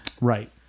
Right